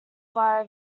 via